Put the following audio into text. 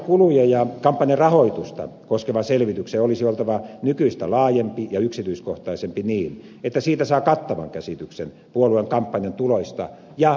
kampanjakuluja ja kampanjarahoitusta koskevan selvityksen olisi oltava nykyistä laajempi ja yksityiskohtaisempi niin että siitä saa kattavan käsityksen puolueen kampanjan tuloista ja myös menoista